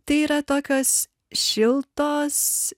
tai yra tokios šiltos